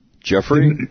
Jeffrey